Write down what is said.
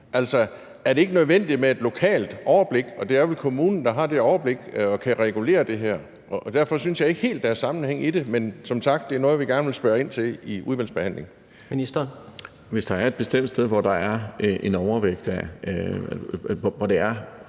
Altså, er det ikke nødvendigt med et lokalt overblik? Og det er vel kommunen, der har det overblik og kan regulere det her. Derfor synes jeg ikke helt, der er sammenhæng i det. Men som sagt er det noget, vi gerne vil spørge ind til i udvalgsbehandlingen. Kl. 11:56 Tredje næstformand (Jens Rohde):